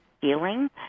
feeling